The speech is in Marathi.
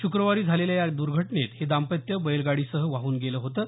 शुक्रवारी झालेल्या या दुर्घटनेत हे दांपत्य बैलगाडीसह वाहून गेलं होतं